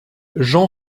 jean